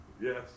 yes